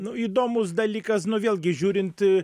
nu įdomus dalykas nu vėlgi žiūrint